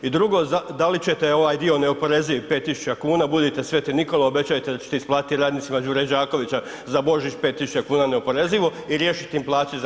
I drugo, da li ćete ovaj dio neoporezivi 5.000 kuna budite sv. Nikola obećajte da ćete isplatiti radnicima Đure Đakovića za Božić 5.000 kuna neoporezivo i riješiti im plaće za listopad?